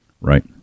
Right